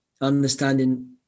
understanding